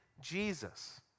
Jesus